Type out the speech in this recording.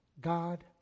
God